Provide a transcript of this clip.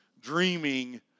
dreaming